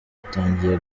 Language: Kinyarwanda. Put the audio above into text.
atangiye